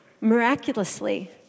Miraculously